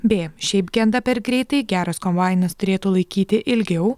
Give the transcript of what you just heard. b šiaip genda per greitai geras kombainas turėtų laikyti ilgiau